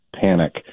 panic